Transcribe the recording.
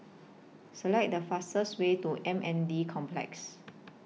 Select The fastest Way to M N D Complex